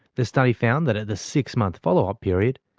the study found that at the six-month follow-up period,